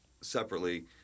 separately